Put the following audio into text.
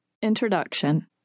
Introduction